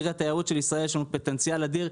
עיר התיירות של ישראל יש לנו פוטנציאל אדיר.